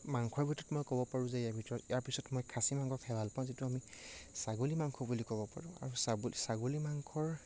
মাংসৰ ভিতৰত মই ক'ব পাৰোঁ যে ইয়াৰ ভিতৰত ইয়াৰ পিছত মই খাচী মাংস খাই ভাল পাওঁ যিটো আমি ছাগলী মাংস বুলি ক'ব পাৰোঁ আৰু ছাব ছাগলী মাংসৰ